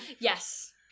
Yes